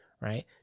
right